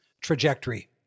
trajectory